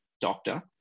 doctor